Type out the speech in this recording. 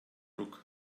ruck